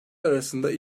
arasındaki